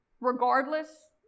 Regardless